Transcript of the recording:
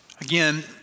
Again